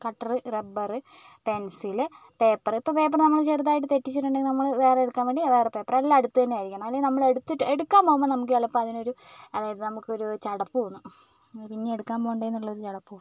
cutter rubber pencil paper ഇപ്പം paper നമ്മൾ ചെറുതായിട്ട് തെറ്റിച്ചിട്ടുണ്ടെങ്കിൽ നമ്മൾ വേറെ എടുക്കാൻ വേണ്ടി വേറെ പേപ്പർ എല്ലാം അടുത്ത് തന്നെയായിരിക്കണം അല്ലെങ്കിൽ നമ്മൾ എടുത്തിട്ട് എടുക്കാൻ പോകുമ്പം നമുക്ക് ചിലപ്പോൾ അതിനൊരു അതായത് നമുക്കൊരു ചടപ്പ് തോന്നും പിന്നെ എടുക്കാൻ പോകണ്ടേ എന്നൊരു ചടപ്പ് തോന്നും